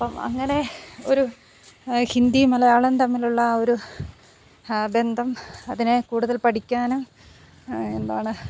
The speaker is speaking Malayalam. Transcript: അപ്പം അങ്ങനെ ഒരു ഹിന്ദി മലയാളം തമ്മിലുള്ള ആ ഒരു ബന്ധം അതിനെ കൂടുതൽ പഠിക്കാനും എന്താണ്